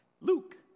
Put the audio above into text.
Luke